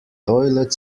toilet